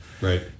Right